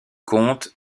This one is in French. compte